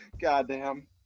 Goddamn